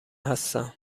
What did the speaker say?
هستند